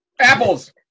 Apples